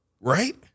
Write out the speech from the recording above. Right